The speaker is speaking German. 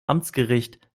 amtsgericht